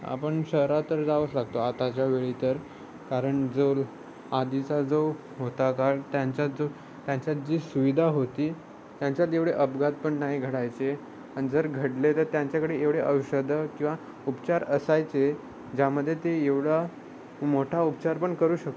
आपण शहरात तर जावंच लागतो आताच्या वेळी तर कारण जो आधीचा जो होता काळ त्यांच्यात जो त्यांच्यात जी सुविधा होती त्यांच्यात एवढे अपघात पण नाही घडायचे आणि जर घडले तर त्यांच्याकडे एवढे औषधं किंवा उपचार असायचे ज्यामध्ये ते एवढा मोठा उपचार पण करू शकतो